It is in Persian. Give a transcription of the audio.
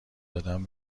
دادن